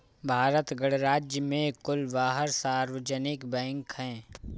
भारत गणराज्य में कुल बारह सार्वजनिक बैंक हैं